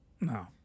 No